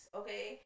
okay